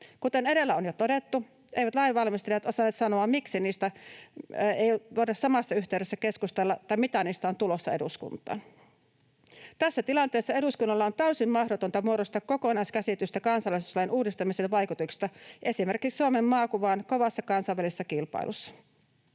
Kuten edellä on jo todettu, eivät lainvalmistelijat osanneet sanoa, miksi niistä ei voida samassa yhteydessä keskustella tai mitä niistä on tulossa eduskuntaan. Tässä tilanteessa eduskunnalla on täysin mahdotonta muodostaa kokonaiskäsitystä kansalaisuuslain uudistamisen vaikutuksista esimerkiksi Suomen maakuvaan kovassa kansainvälisessä kilpailussa.